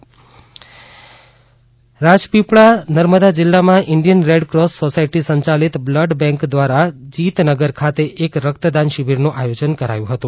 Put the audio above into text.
રકતદાન camp Rajpipla Rajpipla Narmada જિલ્લામાં Indian red cross society સંયાલિત blood bank દ્વારા જીતનગર ખાતે એક રક્તદાન શિબિરનુ આથીજન કર્યુ હતુ